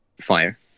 fire